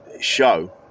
show